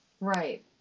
Right